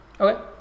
Okay